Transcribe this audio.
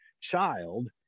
child